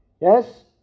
Yes